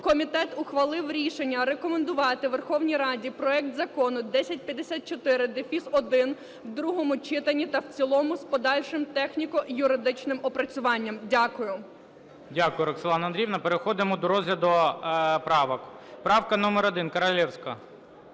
Комітет ухвалив рішення рекомендувати Верховній Раді проект Закону 1054-1 в другому читанні та в цілому з подальшим техніко-юридичним опрацюванням. Дякую. ГОЛОВУЮЧИЙ. Дякую, Роксолано Андріївно. Переходимо до розгляду правок. Правка номер 1, Королевська.